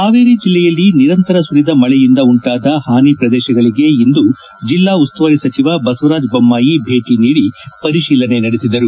ಹಾವೇರಿ ಜಿಲ್ಲೆಯಲ್ಲಿ ನಿರಂತರ ಸುರಿದ ಮಳೆಯಿಂದ ಉಂಟಾದ ಹಾನಿ ಪ್ರದೇಶಗಳಿಗೆ ಇಂದು ಜಿಲ್ಲಾ ಉಸ್ತುವಾರಿ ಸಚಿವ ಬಸವರಾಜ ಬೊಮ್ಮಾಯಿ ಭೇಟಿ ನೀಡಿ ಪರಿಶೀಲನೆ ನಡೆಸಿದರು